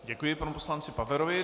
Děkuji panu poslanci Paverovi.